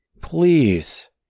please